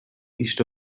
east